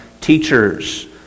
teachers